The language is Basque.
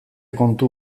kontu